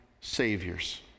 saviors